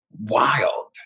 Wild